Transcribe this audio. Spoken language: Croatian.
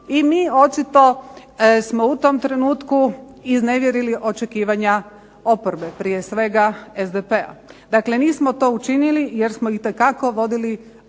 i mi očito smo u tom trenutku iznevjerili očekivanja oporbe, prije svega SDP-a. Dakle, nismo to učinili jer smo itekako vodili računa